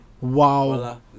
wow